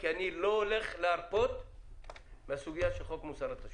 כי אני לא הולך להרפות מהסוגיה של חוק מוסר התשלומים.